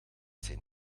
zijn